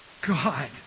God